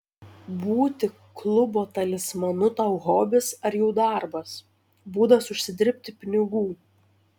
būti klubo talismanu tau hobis ar jau darbas būdas užsidirbti pinigų